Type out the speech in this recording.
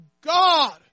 God